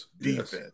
defense